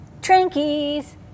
Trankies